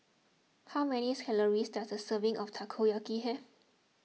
how many calories does a serving of Takoyaki have